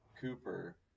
Cooper